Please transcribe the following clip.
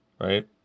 right